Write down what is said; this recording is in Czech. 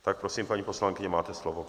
Tak prosím, paní poslankyně, máte slovo.